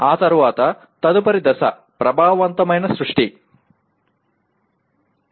ఆ తరువాత తదుపరి దశ 'ప్రభావవంతమైన సృష్టి'